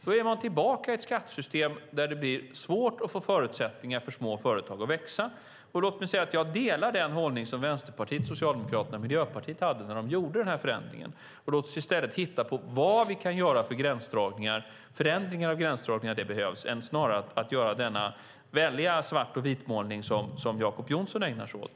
Då är man tillbaka i ett skattesystem där det blir svårt att få förutsättningar för små företag att växa. Låt mig säga att jag delar den hållning som Vänsterpartiet, Socialdemokraterna och Miljöpartiet hade när de gjorde förändringen. Låt oss i stället titta på vad vi kan göra för gränsdragningar. Det är förändringar av gränsdragningar som behövs snarare än den svartvitmålning som Jacob Johnson ägnar sig åt.